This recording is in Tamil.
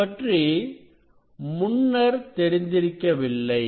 இதுபற்றி முன்னர் தெரிந்திருக்கவில்லை